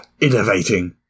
Innovating